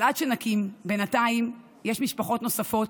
אבל עד שנקים, בינתיים יש משפחות נוספות,